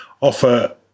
offer